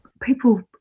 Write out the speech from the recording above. people